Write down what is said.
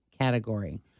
category